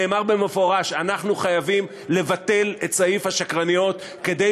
נאמר במפורש: אנחנו חייבים לבטל את "סעיף השקרניות" כדי